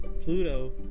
Pluto